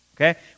Okay